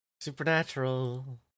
supernatural